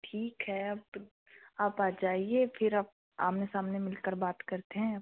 ठीक है अब आप आ जाइए फिर आप आमने सामने मिलकर बात करते हैं अब